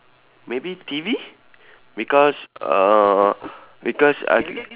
maybe T_V because uh because I